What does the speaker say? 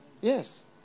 Yes